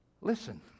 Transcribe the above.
Listen